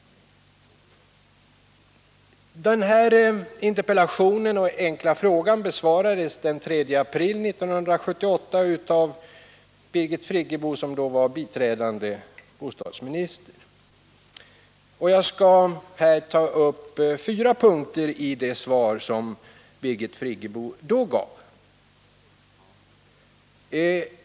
Interpellationen och frågan besvarades den 3 april 1978 av Birgit Friggebo, som då var biträdande bostadsminister. Jag skall här ta upp fyra punkter i det svar som Birgit Friggebo då gav.